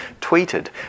tweeted